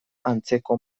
antzeko